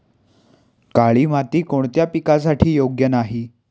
काळी माती कोणत्या पिकासाठी योग्य नाही?